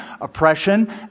oppression